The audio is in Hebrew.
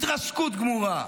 התרסקות גמורה.